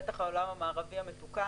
בוודאי אחרי העולם המערבי המתוקן,